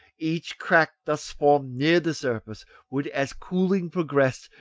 each crack thus formed near the surface would, as cooling progressed,